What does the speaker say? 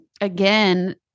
again